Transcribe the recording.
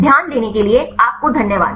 ध्यान देने के लिये आपको धन्यवाद